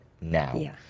now